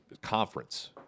conference